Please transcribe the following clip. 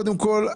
קודם כול,